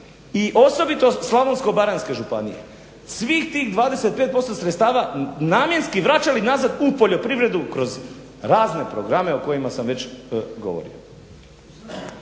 i osobito Slavonsko-baranjska županija svih tih 25% sredstava namjenski vraćali nazad u poljoprivredu kroz razne programe o kojima sam već govorio.